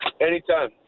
Anytime